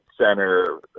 center